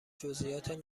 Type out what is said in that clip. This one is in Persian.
جزییات